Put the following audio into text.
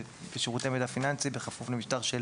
בשירותי מידע פיננסי בכפוף למשטר של